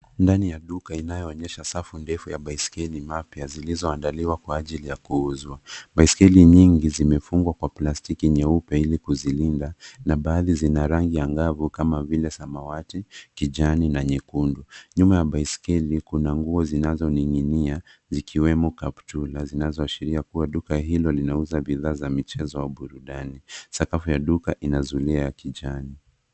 Ndani ya duka inayoonyesha safu ndefu ya baiskeli mapya zilizoandaliwa kwa ajili ya kuuzwa. Baiskeli nyingi zimepangwa kwa plastiki nyeupe ili kuzilinda na baadhi zina rangi angavu kama vile samawati, kijani na nyekundu. Nyuma ya baiskeli kuna nguo zinazoning'inia zikiwemo kaptura zinazoashiria kuwa duka hilo linauza bidhaa za michezo au burudani. Sakafu ya duka ina zulia ya kijani.